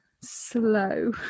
slow